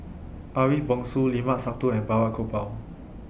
Ariff Bongso Limat Sabtu and Balraj Gopal